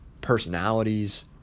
personalities